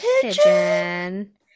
pigeon